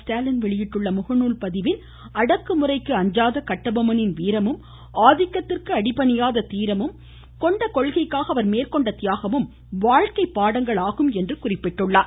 ஸ்டாலின் வெளியிட்டுள்ள முகநூல் பதிவில் அடக்குமுறைக்கு அஞ்சாத கட்டபொம்மனின் வீரமும் ஆதிக்கத்திற்கு அடி பணியாத தீரமும் கொண்ட கொள்கைக்காக அவர் மேற்கொண்ட தியாகமும் வாழ்க்கை பாடங்களாகும் என்று குறிப்பிட்டார்